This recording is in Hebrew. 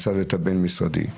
הצוות הבין-משרדי,